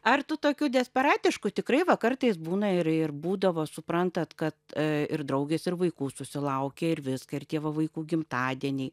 ar tu tokių desperatiškų tikrai va kartais būna ir ir būdavo suprantat kad ir draugės ir vaikų susilaukė ir viską ir tie va vaikų gimtadieniai